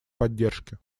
поддержки